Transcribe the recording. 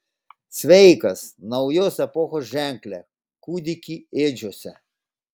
sveikas naujos epochos ženkle kūdiki ėdžiose